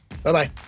Bye-bye